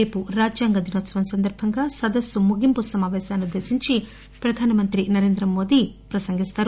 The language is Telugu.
రేపు రాజ్యాంగ దినోత్పవం సందర్బంగా సదస్సు ముగింపు సమాపేశాన్ని ఉద్దేశించి ప్రధానమంత్రి నరేంద్ర మోదీ ప్రసంగిస్తారు